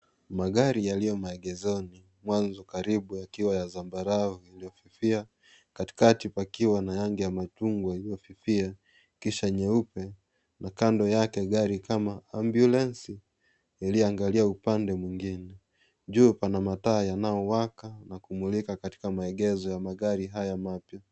Magari yaliyo maegeshoni mwanzo karibu yakiwa ya zambarau iliyofifia katikati pa kioo kuna rangi ya machungwa iliyofifia kisha nyeupe na kando yake gari kama ambulansi iliyoangalia upande mwingine juu iko na mataa yaliyowaka na kumlika katika maegesho ya magari haya mapya .